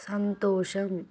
సంతోషం